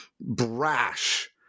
brash